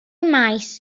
maes